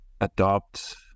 adopt